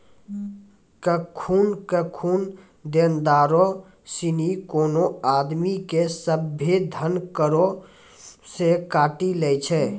केखनु केखनु देनदारो सिनी कोनो आदमी के सभ्भे धन करो से काटी लै छै